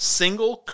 single